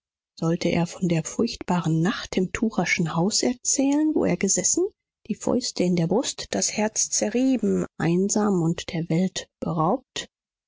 sollte er von der furchtbaren nacht im tucherschen haus erzählen wo er gesessen die fäuste in der brust das herz zerrieben einsam und der welt beraubt